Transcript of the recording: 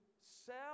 sell